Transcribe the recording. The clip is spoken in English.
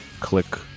Click